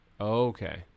Okay